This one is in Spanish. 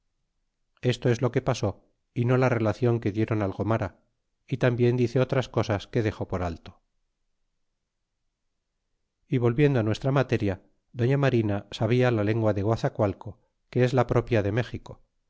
esto es lo que pasó y no la relacion que dieron al gomara y fambien dice otras cosas que dexó por alto e volviendo nuestra materia doña marina sabia la lengua de guazacualco que es la propia de méxico